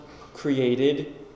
created